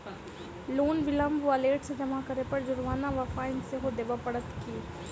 Loan विलंब वा late सँ जमा करै पर जुर्माना वा फाइन सेहो देबै पड़त की?